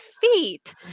feet